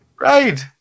Right